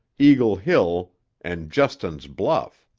eagle hill and justin's bluff.